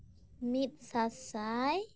ᱢᱤᱫᱥᱟᱥᱟᱭ